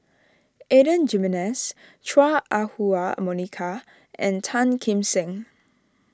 Adan Jimenez Chua Ah Huwa Monica and Tan Kim Seng